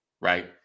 right